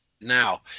now